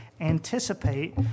anticipate